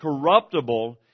corruptible